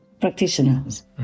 practitioners